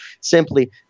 simply